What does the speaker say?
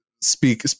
speak